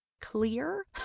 clear